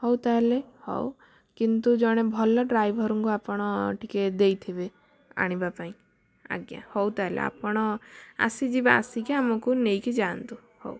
ହଉ ତାହେଲେ ହଉ କିନ୍ତୁ ଜଣେ ଭଲ ଡ୍ରାଇଭରଙ୍କୁ ଆପଣ ଟିକେ ଦେଇଥିବେ ଆଣିବା ପାଇଁ ଆଜ୍ଞା ହଉ ତାହେଲେ ଆପଣ ଆସିଯିବେ ଆସିକି ଆମକୁ ନେଇକି ଯାଆନ୍ତୁ ହଉ